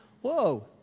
whoa